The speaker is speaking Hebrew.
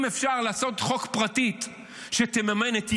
אם אפשר לעשות הצעת חוק פרטית שתממן את ילדו,